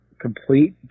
complete